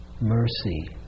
mercy